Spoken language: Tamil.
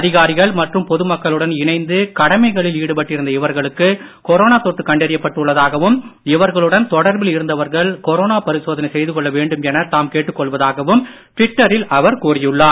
அதிகாரிகள் மற்றும் பொதுமக்களுடன் இணைந்து கடமைகளில் ஈடுபட்டிருந்த இவர்களுக்கு கொரோனா தொற்று கண்டறியப்பட்டு உள்ளதாகவும் இவர்களுடன் தொடர்பில் இருந்தவர்கள் கொரோனா பரிசோதனை செய்து கொள்ள வேண்டும் என தாம் கேட்டுக் கொள்வதாகவும் ட்விட்டரில் அவர் கூறியுள்ளார்